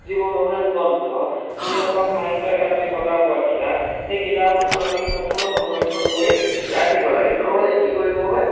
যিবোৰ মহান গ্ৰন্থ যিসকল সাহিত্য অকাডেমি বঁটা পোৱা কিতাপ সেই কিতাপসমূহ আমি সম্পূৰ্ণ সংৰক্ষণ কৰি ৰাখিব লাগে নহ'লে কি কৰিব হয়